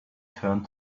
turned